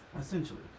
Essentially